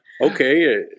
okay